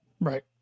Right